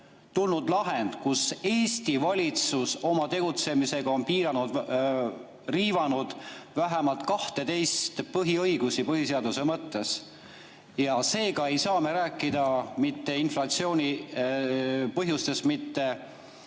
tulnud lahend, [mille kohaselt] Eesti valitsus oma tegutsemisega on riivanud vähemalt 12 põhiõigust põhiseaduse mõttes. Seega ei saa me rääkida inflatsiooni põhjustest mitte